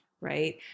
right